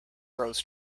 throws